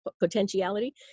potentiality